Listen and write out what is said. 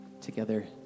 together